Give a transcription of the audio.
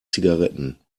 zigaretten